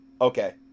okay